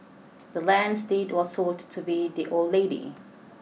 the land's deed was sold to be the old lady